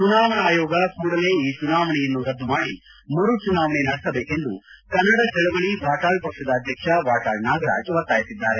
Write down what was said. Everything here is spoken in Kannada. ಚುನಾವಣಾ ಆಯೋಗ ಕೂಡಲೇ ಈ ಚುನಾವಣೆಯನ್ನು ರದ್ದು ಮಾಡಿ ಮರು ಚುನಾವಣೆ ನಡೆಸಬೇಕೆಂದು ಕನ್ನಡ ಚಳವಳಿ ವಾಟಾಳ್ ಪಕ್ಷದ ಅಧ್ಯಕ್ಷ ವಾಟಾಳ್ ನಾಗರಾಜ್ ಒತ್ತಾಯಿಸಿದ್ದಾರೆ